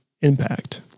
impact